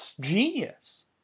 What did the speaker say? genius